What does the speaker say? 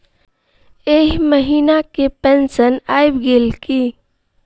एहि महीना केँ पेंशन आबि गेल की